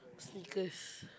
Snickers